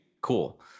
Cool